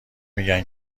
میگن